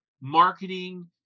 marketing